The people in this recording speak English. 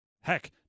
Heck